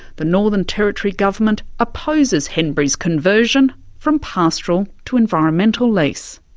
the northern territory government opposes henbury's conversion from pastoral to environmental lease.